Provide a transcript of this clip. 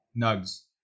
Nugs